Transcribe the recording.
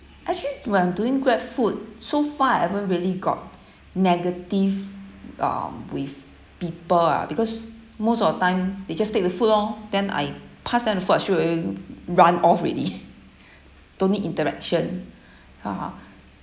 actually when I'm doing GrabFood so far I haven't really got negative um with people ah because most of the time they just take the food lor then I pass them the food I straight away runoff already don't need interaction